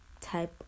type